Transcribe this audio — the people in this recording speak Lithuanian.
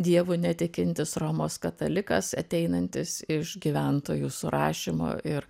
dievu netikintis romos katalikas ateinantis iš gyventojų surašymo ir